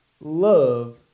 love